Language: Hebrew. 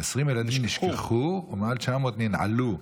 20 ילדים נשכחו ומעל 900 ננעלו,